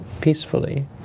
peacefully